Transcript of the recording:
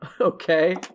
Okay